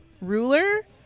ruler